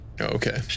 Okay